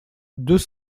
deux